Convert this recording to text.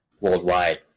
worldwide